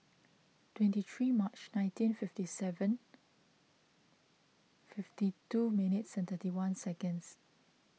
twenty three March nineteen fifty seven fifty two minutes certainty one seconds